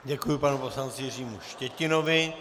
Děkuji panu poslanci Jiřímu Štětinovi.